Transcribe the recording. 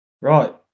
Right